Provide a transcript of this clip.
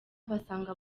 basanga